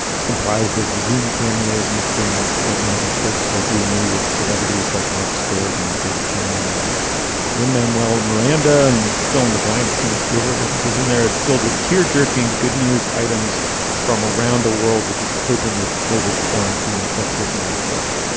it's comprised of zoome cameos, mixing ordinary folks like you and me with celebrities like martha stewart and david chang and lin manuel miranda and fill in the blanks. steven spielberg, i think does in there. it's filled with tear jerking, good news items from around a world which is coping with covered quarantine let's listen to a clip